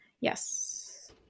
Yes